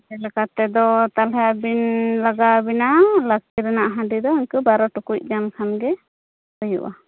ᱡᱮᱞᱟ ᱛᱮᱫᱚ ᱛᱟᱦᱚᱞᱮ ᱟᱹᱵᱤᱱ ᱞᱟᱜᱟᱣ ᱟᱵᱤᱱᱟ ᱞᱟᱹᱠᱛᱤ ᱨᱮᱱᱟᱜ ᱦᱟᱹᱰᱤ ᱫᱚ ᱤᱱᱠᱟᱹ ᱵᱟᱨᱳ ᱴᱩᱠᱩᱡ ᱜᱟᱱ ᱠᱷᱟᱱ ᱜᱮ ᱦᱳᱭᱳᱜᱼᱟ